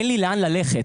אין לי לאן ללכת,